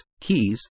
keys